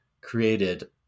created